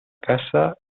casa